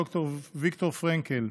ויקטור פרנקל,